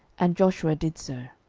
and joshua did so.